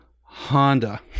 Honda